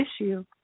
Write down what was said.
issue